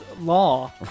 law